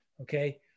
okay